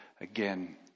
again